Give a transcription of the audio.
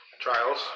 trials